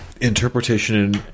interpretation